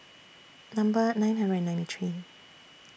Number nine hundred and ninety three